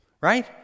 Right